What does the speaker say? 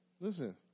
Listen